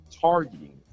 targeting